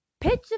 pitch